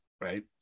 right